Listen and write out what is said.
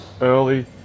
early